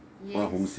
yes